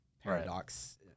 paradox